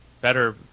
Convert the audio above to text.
better